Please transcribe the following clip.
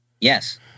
Yes